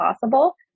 possible